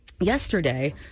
yesterday